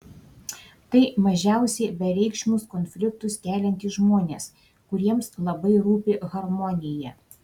tai mažiausiai bereikšmius konfliktus keliantys žmonės kuriems labai rūpi harmonija